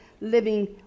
living